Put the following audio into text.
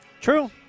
True